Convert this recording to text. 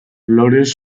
flores